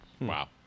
Wow